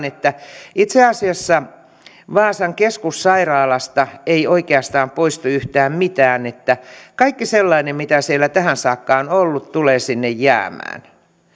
että itse asiassa vaasan keskussairaalasta ei oikeastaan poistu yhtään mitään että kaikki sellainen mitä siellä tähän saakka on ollut tulee sinne jäämään